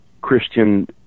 Christian